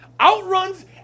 outruns